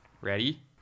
Ready